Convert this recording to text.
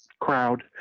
crowd